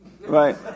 Right